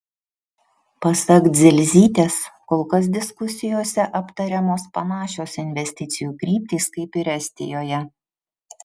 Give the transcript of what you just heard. pasak dzelzytės kol kas diskusijose aptariamos panašios investicijų kryptys kaip ir estijoje